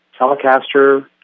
telecaster